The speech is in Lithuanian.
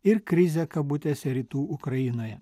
ir krizę kabutėse rytų ukrainoje